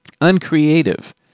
uncreative